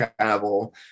travel